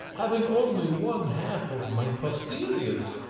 having only one-half of my posteriors,